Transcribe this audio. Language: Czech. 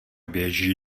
běží